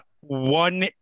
one